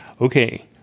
okay